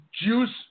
Juice